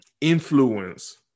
influence